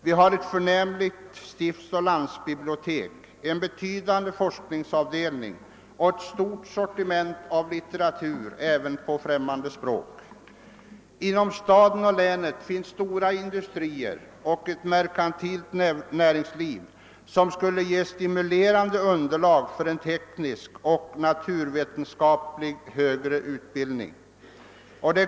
Vi har :ett förnämligt stiftsoch landsbibliotek med en betydande forskningsavdelning och med ett stort sortiment av litteratur, även på främmande språk. Inom staden och länet finns stora industrier och ett merkantilt näringsliv, som skulle :ge stimulerande underlag för en teknisk och naturvetenskaplig högre utbildning.